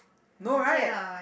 no right